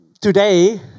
today